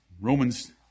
Romans